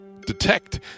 detect